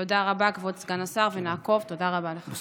תודה רבה, כבוד סגן השר, נעקוב.